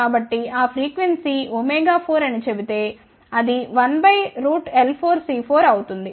కాబట్టిఆ frequency 4అని చెబితే అది 1L4C4అవుతుంది